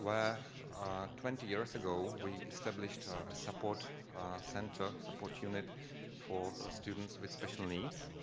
where twenty years ago, we established a support center, support unit for ah students with special needs.